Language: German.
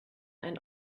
ein